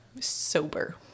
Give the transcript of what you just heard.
Sober